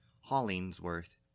Hollingsworth